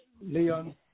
Leon